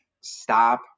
stop